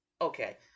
Okay